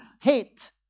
Hate